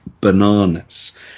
bananas